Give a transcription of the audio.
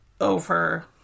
over